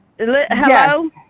hello